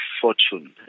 Fortune